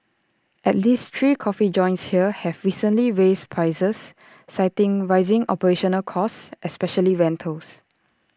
at least three coffee joints here have recently raised prices citing rising operational costs especially rentals